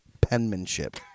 penmanship